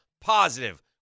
positive